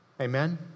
Amen